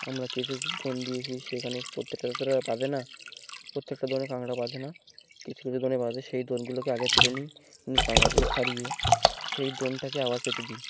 আমরা কিছু দোন দিয়েছি সেখানে প্রত্যেকটা তো বাঁধে না প্রত্যেকটা দনে কাঁকড়া বাধে না কিছু কিছু দনে বেঁধে সেই দোনগুলোকে আগে তুলে নিই কাকড়া গুলো সারিয়ে সেই দোনটাকে আবার পেঁচে দিই